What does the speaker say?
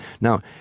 Now